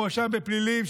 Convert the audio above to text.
מואשם בפלילים,